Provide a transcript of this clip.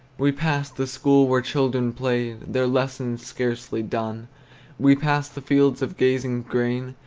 we passed the school where children played, their lessons scarcely done we passed the fields of gazing grain,